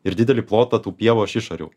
ir didelį plotą tų pievų aš išariau